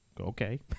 okay